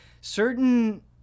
certain